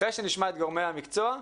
אחרי שנשמע את גורמי המקצוע,